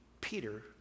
Peter